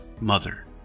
mother